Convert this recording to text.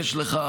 יש לך